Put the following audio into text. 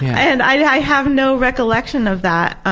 and i have no recollection of that.